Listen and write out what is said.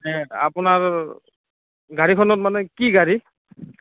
মানে আপোনাৰ গাড়ীখনত মানে কি গাড়ী